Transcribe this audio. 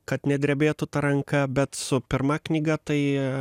kad nedrebėtų ta ranka bet su pirma knyga tai